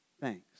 thanks